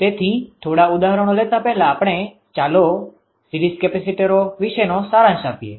તેથી થોડા ઉદાહરણો લેતા પહેલા ચાલો આપણે સીરીઝ કેપેસિટરોseries capacitorશ્રેણીબદ્ધ વીજધારક વિશેનો સારાંશ આપીએ